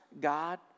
God